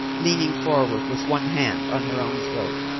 leaning forward, with one hand on her own throat.